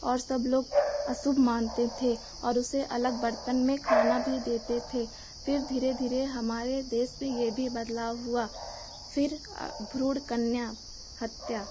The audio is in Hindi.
और सब लोग अशुभ मानते थे और उसे अलग बर्तन में खाना भी देते थे फिर धीरे धीरे हमारे देश में यह भी बदलाव हुआ फिर भ्रूण कन्या हत्या